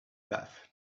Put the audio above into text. bath